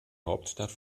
hauptstadt